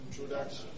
introduction